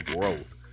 growth